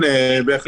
לא.